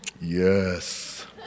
yes